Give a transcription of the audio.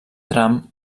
tram